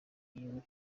igihugu